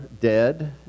dead